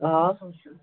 آ